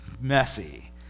messy